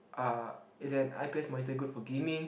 uh is an I_P_S monitor good for gaming